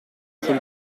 sul